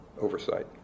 oversight